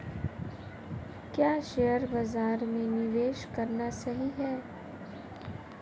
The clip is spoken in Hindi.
क्या शेयर बाज़ार में निवेश करना सही है?